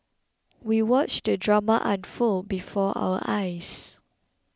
we watched the drama unfold before our eyes